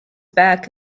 back